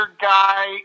guy